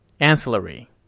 Ancillary